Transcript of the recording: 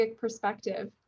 perspective